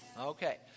Okay